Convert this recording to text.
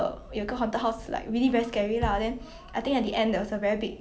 no because I like really really very scared like so I never go